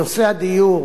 נושא הדיור